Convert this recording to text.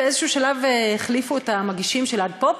באיזה שלב החליפו את המגישים של "עד פופ",